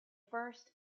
first